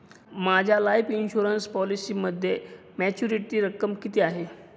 माझ्या life insurance पॉलिसीमध्ये maturity रक्कम किती आहे?